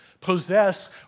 possess